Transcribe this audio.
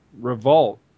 revolt